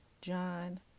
John